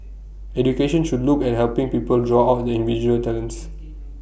education should look at helping people draw out their individual talents